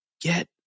get